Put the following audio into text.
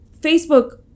Facebook